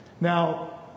Now